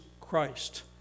Christ